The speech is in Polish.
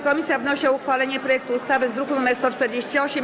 Komisja wnosi o uchwalenie projektu ustawy z druku nr 148.